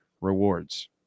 rewards